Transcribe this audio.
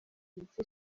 mike